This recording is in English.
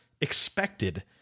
expected